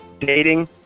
dating